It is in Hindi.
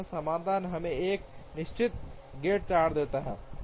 समाधान हमें एक निश्चित गैंट चार्ट देगा